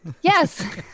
Yes